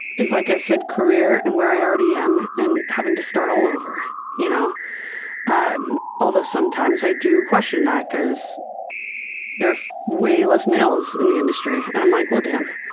is like i said career and where i already am and having to start all over you know um although sometimes i do question that cause there are way less males in the industry. and i'm like, well damn.